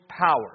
power